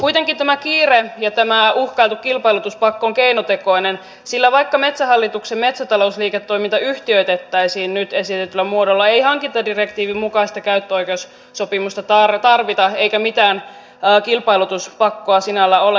kuitenkin tämä kiire ja tämä uhkailtu kilpailutuspakko ovat keinotekoisia sillä vaikka metsähallituksen metsätalousliiketoiminta yhtiöitettäisiin nyt esitetyllä muodolla ei hankintadirektiivin mukaista käyttöoikeussopimusta tarvita eikä mitään kilpailutuspakkoa sinällään ole